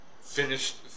Finished